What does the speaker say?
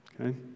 Okay